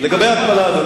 לגבי ההתפלה.